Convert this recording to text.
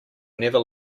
never